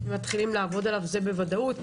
ומתחילים לעבוד עליו זה בוודאות.